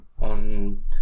on